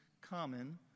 common